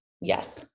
Yes